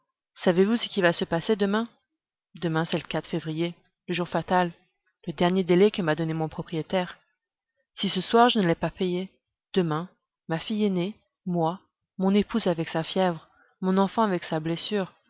savez-vous ce qui va se passer demain demain c'est le février le jour fatal le dernier délai que m'a donné mon propriétaire si ce soir je ne l'ai pas payé demain ma fille aînée moi mon épouse avec sa fièvre mon enfant avec sa blessure